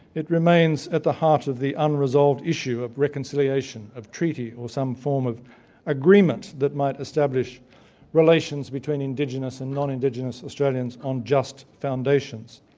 it remains at the heart of the unresolved issue of reconciliation, of treaty, or some form of agreement that might establish relations between indigenous and non-indigenous australians on just foundations,